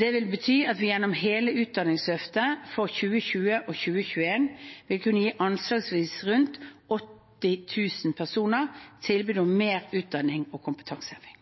Det vil bety at vi gjennom hele Utdanningsløftet for 2020 og 2021 vil kunne gi anslagsvis 80 000 personer tilbud om mer utdanning og kompetanseheving.